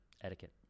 Etiquette